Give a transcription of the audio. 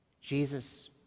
Jesus